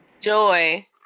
Joy